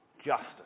justice